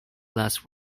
last